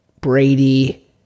Brady